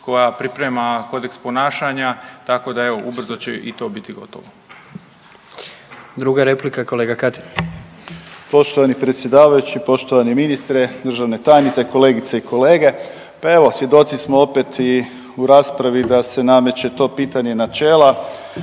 koja priprema kodeks ponašanja tako da evo ubrzo će i to biti gotovo. **Jandroković, Gordan (HDZ)** Druga replika, kolega Katičić. **Katičić, Krunoslav (HDZ)** Poštovani predsjedavajući, poštovani ministre, državne tajnice, kolegice i kolege, pa evo svjedoci smo opet i u raspravi da se nameće to pitanje načela,